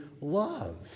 love